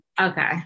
Okay